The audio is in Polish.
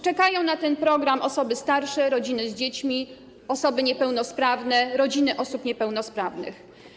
Czekają na ten program osoby starsze, rodziny z dziećmi, osoby niepełnosprawne, rodziny osób niepełnosprawnych.